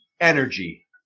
Energy